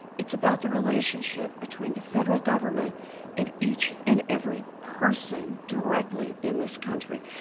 it's about the relationship between the federal government and each and every person directly in this country.